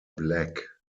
black